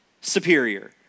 superior